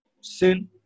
Sin